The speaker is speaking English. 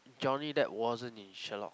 Jonny that wasn't in Sherlock